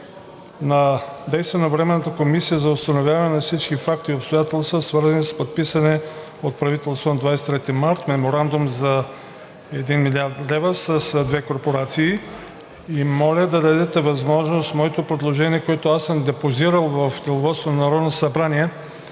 на действие на Временната комисия за установяване на всички факти и обстоятелства, свързани с подписания от правителството на 23 март Меморандум за 1 млрд. долара с две корпорации. Моля да дадете възможност моето предложение, което аз съм депозирал в